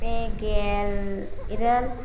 ᱯᱮ ᱜᱮᱞ ᱤᱨᱟᱹᱞ